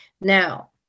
now